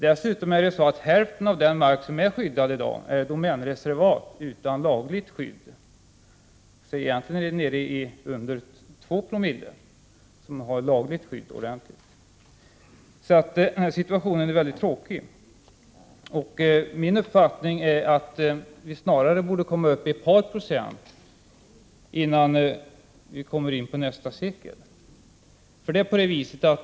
Dessutom: Hälften av den mark som är skyddad i dag är domänreservat utan lagligt skydd. Egentligen är vi nere under 2 Xo beträffande den mark som har ordentligt lagligt skydd. Situationen är mycket tråkig. Min uppfattning är att vi snarare borde komma uppi ett par procent innan vi är inne i nästa sekel.